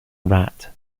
rat